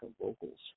vocals